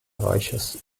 reiches